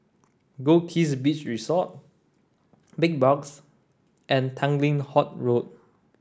Goldkist Beach Resort Big Box and Tanglin Halt Road